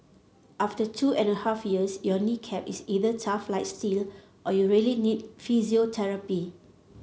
after two and a half years your knee cap is either tough like steel or you really need physiotherapy